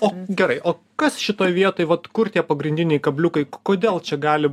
o gerai o kas šitoj vietoj vat kur tie pagrindiniai kabliukai kodėl čia gali